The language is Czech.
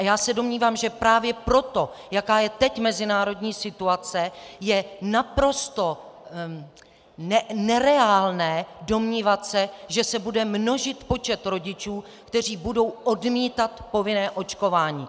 Já se domnívám, že právě proto, jaká je teď mezinárodní situace, je naprosto nereálné se domnívat, že se bude množit počet rodičů, kteří budou odmítat povinné očkování.